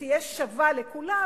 שתהיה שווה לכולם,